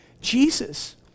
Jesus